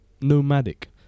nomadic